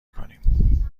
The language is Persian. کنیم